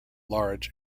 large